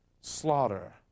slaughter